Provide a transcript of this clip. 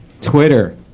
Twitter